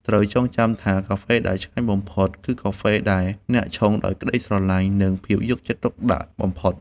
ត្រូវចងចាំថាកាហ្វេដែលឆ្ងាញ់បំផុត គឺកាហ្វេដែលអ្នកឆុងដោយក្ដីស្រឡាញ់ និងភាពយកចិត្តទុកដាក់បំផុត។